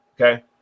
Okay